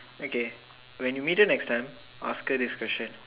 okay when you meet her next time ask her this question